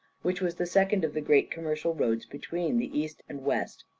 which was the second of the great commercial roads between the east and west.